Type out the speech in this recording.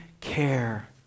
care